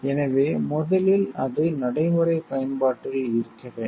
எனவே முதலில் அது நடைமுறை பயன்பாட்டில் இருக்க வேண்டும்